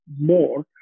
more